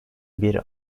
bir